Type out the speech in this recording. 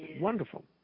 wonderful